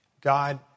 God